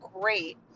great